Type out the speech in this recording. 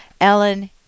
Ellen